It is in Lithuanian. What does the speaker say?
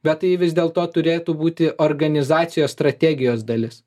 bet tai vis dėl to turėtų būti organizacijos strategijos dalis